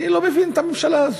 אני לא מבין את הממשלה הזאת.